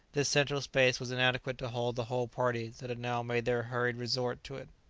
this central space was inadequate to hold the whole party that had now made their hurried resort to it,